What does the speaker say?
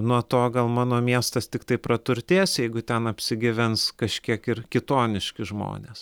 nuo to gal mano miestas tiktai praturtės jeigu ten apsigyvens kažkiek ir kitoniški žmonės